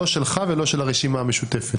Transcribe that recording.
לא שלך ולא של הרשימה המשותפת.